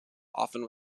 often